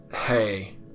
hey